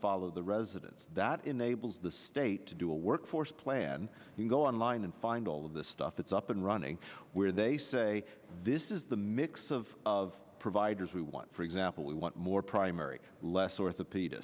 follow the didn't that enables the state to do a workforce plan and go online and find all of the stuff that's up and running where they say this is the mix of of providers we want for example we want more primary less orthopedi